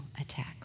attack